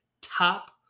top